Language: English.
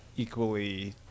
equally